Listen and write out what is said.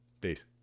Peace